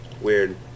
weird